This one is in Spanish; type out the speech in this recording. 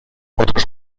otros